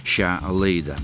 šią laidą